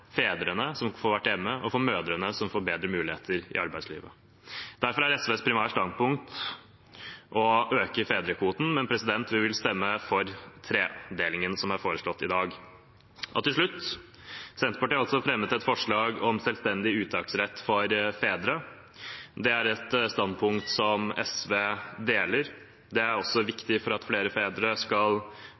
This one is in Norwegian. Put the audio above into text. mødrene, som får bedre muligheter i arbeidslivet. Derfor er SVs primærstandpunkt å øke fedrekvoten, men vi vil stemme for tredelingen som foreslås i dag. Til slutt: Senterpartiet har fremmet et forslag om selvstendig uttaksrett for fedre. Det er et standpunkt som SV deler. Det er viktig at den muligheten gjøres mer reell for at flere fedre skal